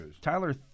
Tyler